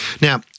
Now